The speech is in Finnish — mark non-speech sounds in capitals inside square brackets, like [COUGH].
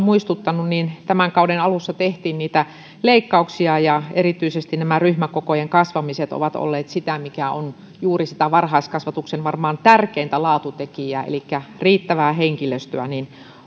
[UNINTELLIGIBLE] muistuttanut tämän kauden alussa tehtiin niitä leikkauksia ja erityisesti nämä ryhmäkokojen kasvamiset ovat olleet sitä mikä on juuri sitä varhaiskasvatuksen varmaan tärkeintä laatutekijää elikkä riittävää henkilöstöä